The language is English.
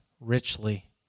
richly